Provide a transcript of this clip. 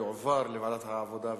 יועבר לוועדת העבודה,